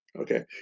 okay